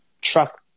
truck